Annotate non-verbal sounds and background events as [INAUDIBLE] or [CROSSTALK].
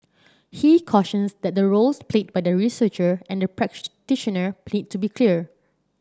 he cautions that the roles played by the researcher and the practitioner [UNINTELLIGIBLE] to be clear